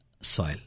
soil